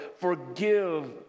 forgive